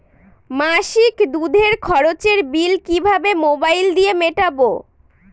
মাসিক দুধের খরচের বিল কিভাবে মোবাইল দিয়ে মেটাব?